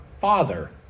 father